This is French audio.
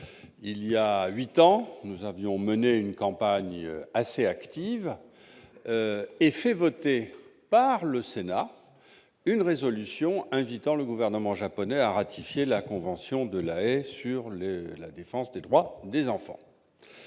Il y a huit ans, nous avions mené une campagne assez active et fait voter par le Sénat une résolution invitant le gouvernement japonais à ratifier la convention de La Haye du 25 octobre 1980 sur la défense des droits des enfants.